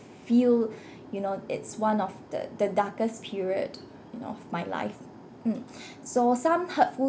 feel you know it's one of the the darkest period you know of my life mm so some hurtful